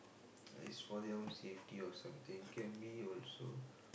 is for their own safety or something can be also